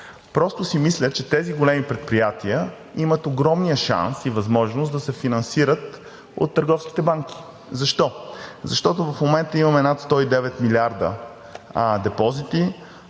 Просто си мисля, че тези големи предприятия имат огромния шанс и възможност да се финансират от търговските банки. Защо? Защото в момента имаме над 109 милиарда депозити,